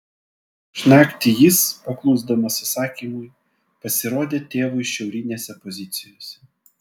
prieš naktį jis paklusdamas įsakymui pasirodė tėvui šiaurinėse pozicijose